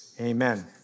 Amen